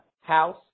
House